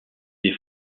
des